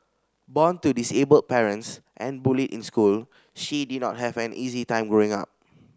born to disabled parents and bullied in school she did not have an easy time growing up